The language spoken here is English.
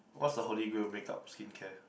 what's the holy grail makeup skincare